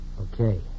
Okay